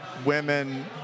women